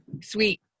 Sweet